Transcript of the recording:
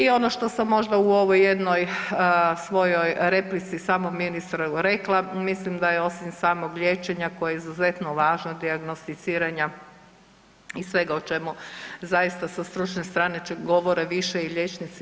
I ono što sam možda u ovoj jednoj svojoj replici samom ministru rekla, mislim da je osim samog liječenja koje je izuzetno važno dijagnosticiranja i svega o čemu zaista sa stručne strane govore više i liječnici.